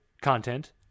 content